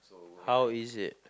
how is it